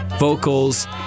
vocals